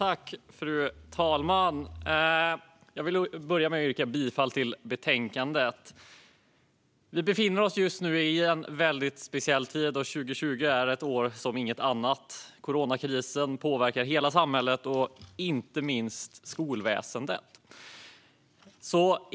Fru talman! Jag vill börja med att yrka bifall till förslaget i betänkandet. Vi befinner oss just nu i en väldigt speciell tid. År 2020 är ett år som inget annat. Coronakrisen påverkar hela samhället, inte minst skolväsendet.